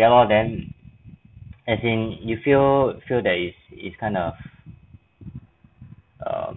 ya lor then as in you feel feel that is is kind of um